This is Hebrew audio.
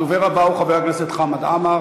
הדובר הבא הוא חבר הכנסת חמד עמאר.